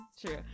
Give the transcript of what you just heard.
true